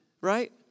right